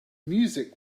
music